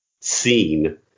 seen